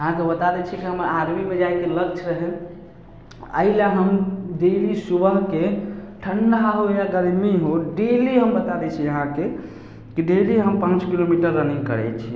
अहाँकेँ बता दै छी कि हमर आर्मीमे जाइके लक्ष्य रहै एहिले हम डेली सुबहके ठण्डा होइ या गरमी होइ डेली हम बता दै छी अहाँकेँ कि डेली हम पाँच किलोमीटर रनिन्ग करै छी